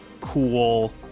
cool